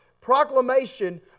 proclamation